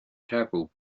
travel